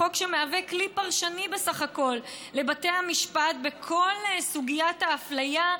החוק שמהווה כלי פרשני בסך הכול לבתי המשפט בכל סוגיית האפליה,